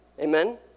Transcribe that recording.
Amen